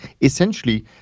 essentially